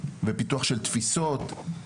ופיתוח של תפיסות,